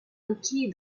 bloqué